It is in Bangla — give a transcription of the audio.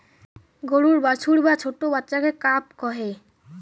গরুর বাছুর বা ছোট্ট বাচ্চাকে কাফ কহে